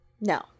no